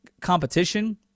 competition